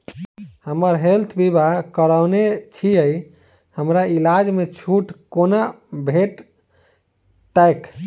हम हेल्थ बीमा करौने छीयै हमरा इलाज मे छुट कोना भेटतैक?